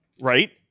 right